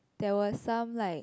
there was some like